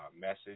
message